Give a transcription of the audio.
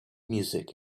music